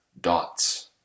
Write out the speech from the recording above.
dots